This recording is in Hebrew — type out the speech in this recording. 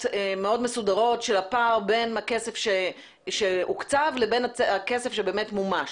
מאוד מסודרות של הפער בין הכסף שהוקצה לבין הכסף שמומש.